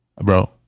bro